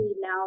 now